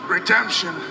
Redemption